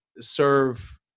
serve